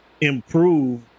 improve